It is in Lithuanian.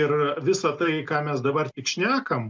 ir visa tai ką mes dabar tik šnekam